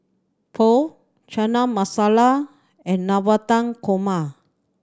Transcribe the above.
Pho Chana Masala and Navratan Korma